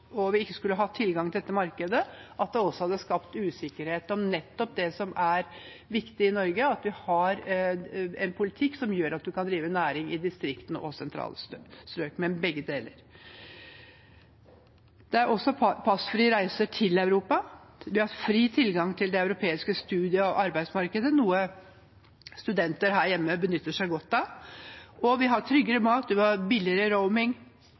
Hvis vi ikke hadde hatt EØS-avtalen og tilgang til dette markedet, hadde det skapt usikkerhet om nettopp det som er viktig i Norge, at vi har en politikk som gjør at man kan drive næring både i distriktene og i sentrale strøk. Det er også passfri reise til Europa, det er fri tilgang til det europeiske studie- og arbeidsmarkedet, noe studenter her hjemme benytter seg av, og vi har tryggere mat og billigere